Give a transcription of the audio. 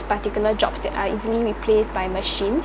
particular jobs that are easily replaced by machines